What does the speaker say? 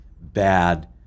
bad